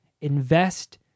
Invest